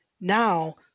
Now